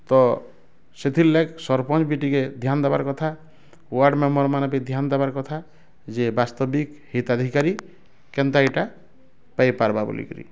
ତ ସେଥିର ଲାଗି ସରପଞ୍ଚ ବି ଟିକେ ଧ୍ୟାନ ଦେବାର କଥା ୱାର୍ଡ଼ ମେମ୍ବର୍ମାନେ ବି ଧ୍ୟାନ ଦେବାର କଥା ଯେ ବାସ୍ତବିକ ହିତାଧିକାରୀ କେନ୍ତା ଏଇଟା ପାଇବା ବୋଲି କରି